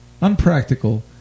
unpractical